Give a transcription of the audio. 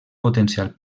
potencial